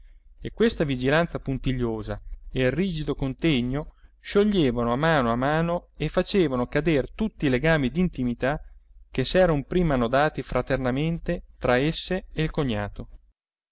e questa vigilanza puntigliosa e il rigido contegno scioglievano a mano a mano e facevano cader tutti i legami d'intimità che s'eran prima annodati fraternamente tra esse e il cognato